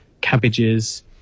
cabbages